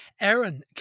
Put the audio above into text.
Aaron